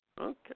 Okay